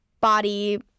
body